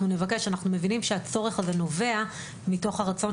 אנחנו מבינים שהצורך הזה נובע מתוך הרצון